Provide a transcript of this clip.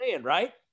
right